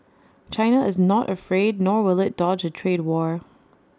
China is not afraid nor will IT dodge A trade war